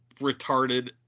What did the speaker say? retarded